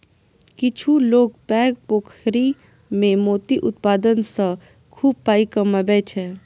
किछु लोक पैघ पोखरि मे मोती उत्पादन सं खूब पाइ कमबै छै